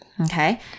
Okay